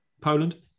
Poland